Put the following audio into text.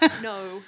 No